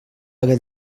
hagué